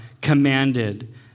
commanded